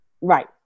Right